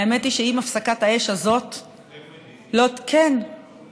האמת היא שאם הפסקת האש הזאת לא, הסדר מדיני?